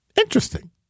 interesting